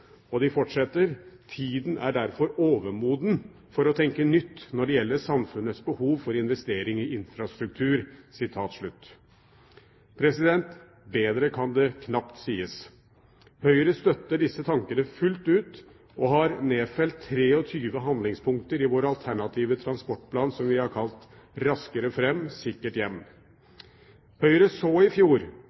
Og de fortsetter: «Tiden er derfor overmoden for å tenke nytt når det gjelder samfunnets behov for investeringer i infrastruktur.» Bedre kan det knapt sies. Høyre støtter disse tankene fullt ut og har nedfelt 23 handlingspunkter i vår alternative transportplan, som vi har kalt «Raskere frem – sikkert hjem». Høyre så i fjor